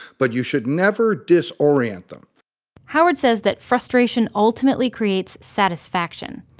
but you should never disorient them howard says that frustration ultimately creates satisfaction.